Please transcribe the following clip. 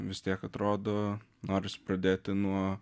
vis tiek atrodo norisi pradėti nuo